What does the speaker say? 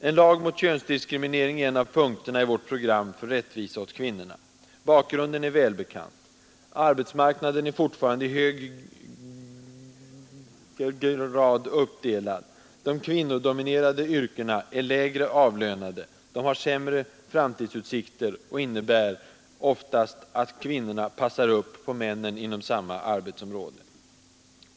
En lag mot könsdiskriminering är en av punkterna i vårt program för rättvisa åt kvinnorna. Bakgrunden är välbekant. Arbetsmarknaden är fortfarande i hög grad uppdelad efter kön. De kvinnodominerade yrkena är lägre avlönade, har sämre framtidsutsikter och innebär oftast att kvinnorna passar upp på männen inom samma arbetsområde.